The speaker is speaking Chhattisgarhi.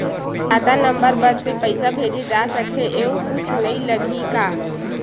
खाता नंबर बस से का पईसा भेजे जा सकथे एयू कुछ नई लगही का?